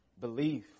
belief